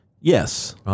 Yes